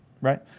Right